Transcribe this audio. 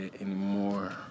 anymore